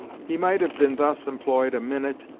he might have been thus employed a minute,